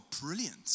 brilliant